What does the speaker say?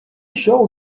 show